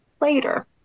later